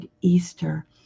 Easter